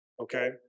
Okay